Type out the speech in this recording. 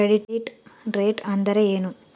Credit rate ಅಂದರೆ ಏನು?